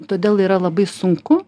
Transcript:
todėl yra labai sunku